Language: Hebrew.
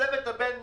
הצוות הבין משרדי,